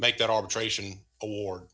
make that arbitration